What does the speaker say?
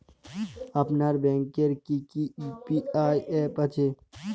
আপনার ব্যাংকের কি কি ইউ.পি.আই অ্যাপ আছে?